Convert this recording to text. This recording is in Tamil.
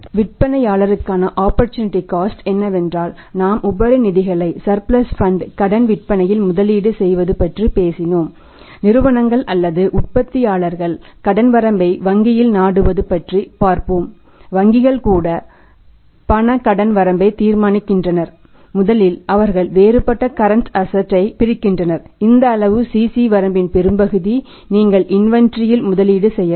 விற்பனையாளருக்கான ஆப்பர்சூனிட்டி காஸ்ட் இல் முதலீடு செய்யலாம்